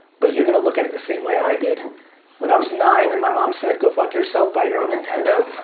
but you're gonna look at it the same way i did when i was nine and my mom said, go fuck yourself, buy your own nintendo,